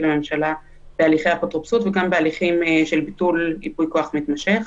לממשלה בהליכי אפוטרופסות וגם בהליכים של ביטול ייפוי כוח מתמשך.